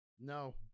no